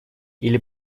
или